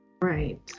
Right